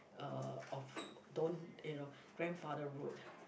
uh of don't you know grandfather road